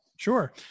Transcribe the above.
Sure